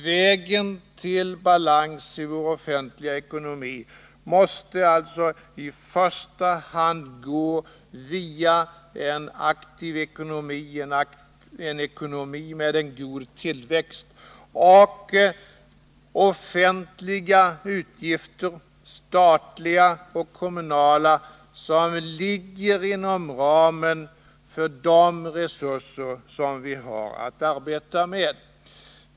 Vägen till balans i vår offentliga ekonomi måste alltså i första hand gå via en aktiv ekonomi, en ekonomi med god tillväxt, och offentliga utgifter — statliga och kommunala — som ligger inom ramen för de resurser som vi har att arbeta med.